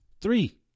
three